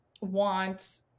want